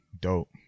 dope